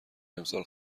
امسال